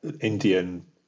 Indian